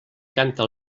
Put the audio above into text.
canta